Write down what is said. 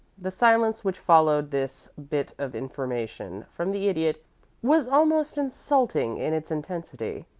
the silence which followed this bit of information from the idiot was almost insulting in its intensity.